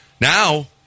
Now